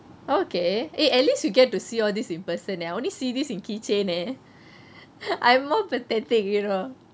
oh okay eh at least you get to see all these in person eh I only see this in keychain eh I'm more pathetic you know